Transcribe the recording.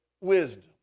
wisdom